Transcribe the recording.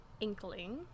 inkling